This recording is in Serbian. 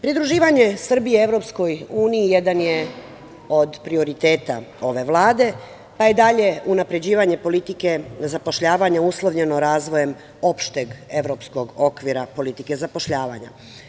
Pridruživanje Srbije EU jedan je od prioriteta ove Vlade, pa je dalje unapređivanje politike zapošljavanja uslovljeno razvojem opšteg evropskog okvira politike zapošljavanja.